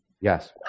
Yes